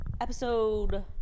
episode